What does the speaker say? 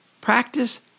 practice